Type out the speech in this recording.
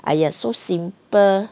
!aiya! so simple